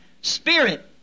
Spirit